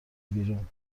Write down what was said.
بیرون